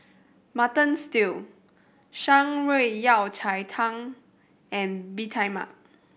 Mutton Stew Shan Rui Yao Cai Tang and Bee Tai Mak